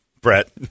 Brett